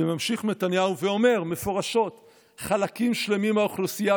וממשיך נתניהו ואומר מפורשות: חלקים שלמים באוכלוסייה,